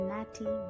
Natty